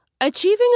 Achieving